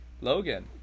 Logan